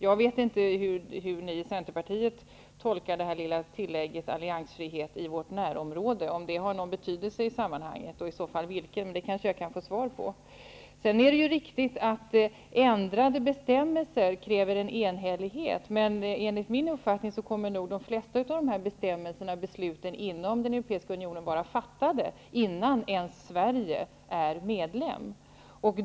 Jag vet inte hur ni i Centerpartiet tolkar det lilla tillägget om alliansfrihet i vårt närområde och om det har någon betydelse i sammanhanget. Det kanske jag kunde få ett svar på. Sedan är det riktigt att en ändring av bestämmelserna kräver enhällighet. Men enligt min uppfattning kommer nog de flesta av besluten inom den europeiska unionen att vara fattade innan Sverige ens har blivit medlem.